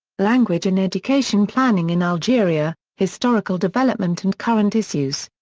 language-in-education planning in algeria historical development and current issues.